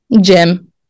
Jim